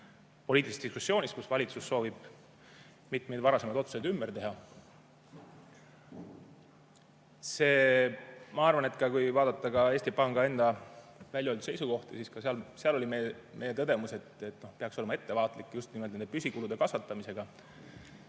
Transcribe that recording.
poliitilises diskussioonis ja selles, et valitsus soovib mitmeid varasemaid otsuseid ümber teha. Ma arvan, et kui vaadata ka Eesti Panga enda välja öeldud seisukohti, siis seal oli tõdemus, et peaks olema ettevaatlik just nimelt nende püsikulude kasvatamisega.